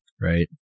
Right